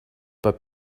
but